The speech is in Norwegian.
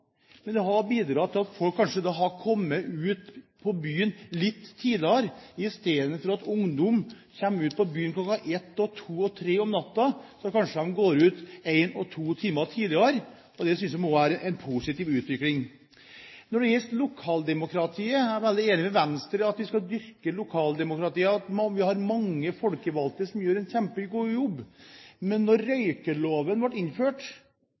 men det har bidratt til at folk har kommet seg ut på byen litt tidligere. I stedet for at ungdom går ut på byen kl. 01 og 02 og 03 om natten, går de kanskje ut en og to timer tidligere. Det synes jeg må være en positiv utvikling. Når det gjelder lokaldemokratiet, er jeg veldig enig med Venstre i at vi skal dyrke lokaldemokratiet og at vi har mange folkevalgte som gjør en kjempegod jobb. Da røykeloven ble innført